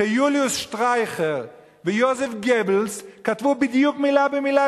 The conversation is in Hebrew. שיוליוס שטרייכר ויוזף גבלס כתבו כמותו בדיוק מלה במלה,